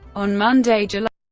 on monday, july